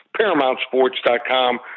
ParamountSports.com